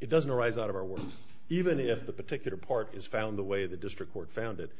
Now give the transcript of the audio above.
it doesn't arise out of our work even if the particular part is found the way the district court found it the